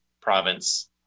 province